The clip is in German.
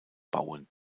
bauen